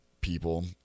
people